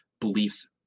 beliefs